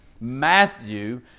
Matthew